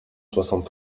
soixante